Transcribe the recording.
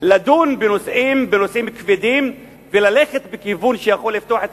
לדון בנושאים כבדים וללכת בכיוון שיכול לפתוח את